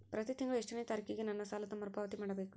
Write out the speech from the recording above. ಪ್ರತಿ ತಿಂಗಳು ಎಷ್ಟನೇ ತಾರೇಕಿಗೆ ನನ್ನ ಸಾಲದ ಮರುಪಾವತಿ ಮಾಡಬೇಕು?